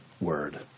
word